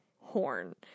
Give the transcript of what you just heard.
horn